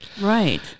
right